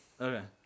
Okay